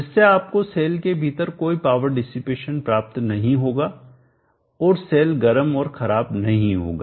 जिससे आपको सेल के भीतर कोई पावर डिसिपेशन प्राप्त नहीं होगा और सेल गर्म और खराब नहीं होगा